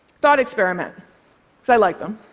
thought experiment, because i like them